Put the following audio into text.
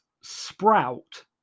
sprout